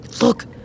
Look